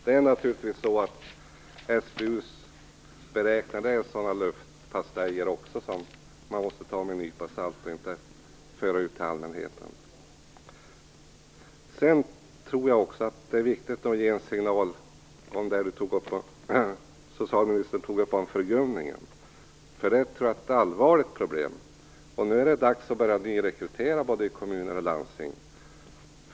Det är naturligtvis så att SBU:s beräkningar också är luftpastejer som man måste ta med en nypa salt och inte föra ut till allmänheten. Sedan tror jag också att det är viktigt att ge en signal om förgumningen, som socialministern tog upp om. Jag tror att det är ett allvarligt problem. Nu är det dags att börja nyrekrytera både i kommuner och landsting.